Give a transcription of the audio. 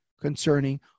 concerning